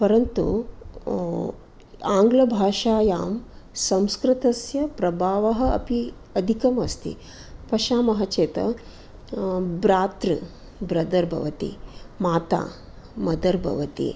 परन्तु आङ्लभाषायां संस्कृतस्य प्रभावः अपि अधिकम् अस्ति पश्यामः चेत् भ्रातृ ब्रदर् भवति माता मदर् भवति